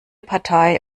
partei